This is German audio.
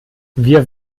wir